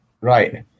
right